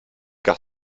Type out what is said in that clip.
car